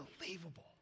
unbelievable